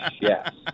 Yes